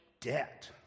debt